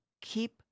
keep